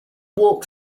walk